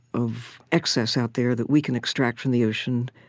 of excess out there that we can extract from the ocean,